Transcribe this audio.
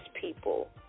people